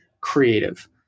creative